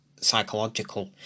psychological